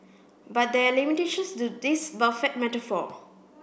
but there are limitations to this buffet metaphor